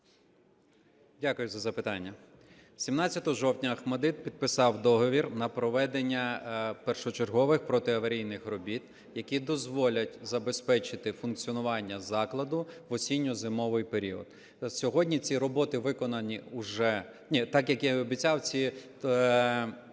Дякую за запитання. 17 жовтня Охматдит підписав договір на проведення першочергових протиаварійних робіт, які дозволять забезпечити функціонування закладу в осінньо-зимовий період. Сьогодні ці роботи виконані уже… Ні, так, як я і обіцяв, як би